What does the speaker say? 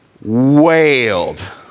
wailed